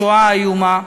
השואה האיומה.